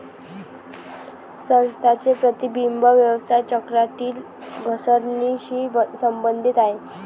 संस्थांचे प्रतिबिंब व्यवसाय चक्रातील घसरणीशी संबंधित आहे